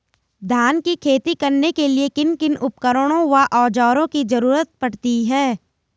धान की खेती करने के लिए किन किन उपकरणों व औज़ारों की जरूरत पड़ती है?